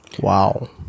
wow